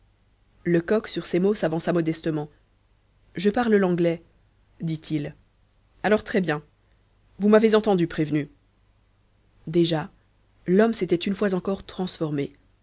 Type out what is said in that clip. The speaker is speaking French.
lecoq sur ces mots s'avança modestement je parle l'anglais dit-il alors très-bien vous m'avez entendu prévenu déjà l'homme s'était une fois encore transformé